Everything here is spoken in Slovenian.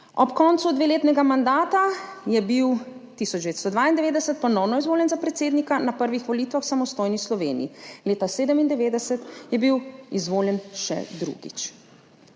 Ob koncu dveletnega mandata je bil 1992 ponovno izvoljen za predsednika na prvih volitvah v samostojni Sloveniji, leta 1997 je bil izvoljen še drugič.